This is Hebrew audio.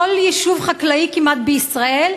כמעט בכל יישוב חקלאי בישראל,